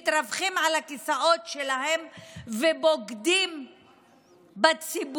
מתרווחים על הכיסאות שלהם ובוגדים בציבור